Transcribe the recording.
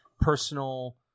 personal